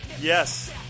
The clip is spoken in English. Yes